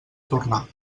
tornar